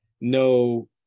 No